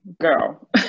Girl